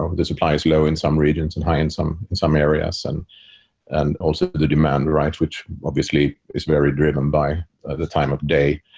um the supply is low in some regions and high in some in some areas. and and also, the demand rights, which obviously is very driven by at the time of day,